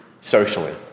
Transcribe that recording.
socially